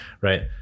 right